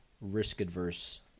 risk-adverse